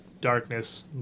darkness